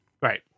right